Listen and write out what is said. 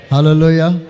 Hallelujah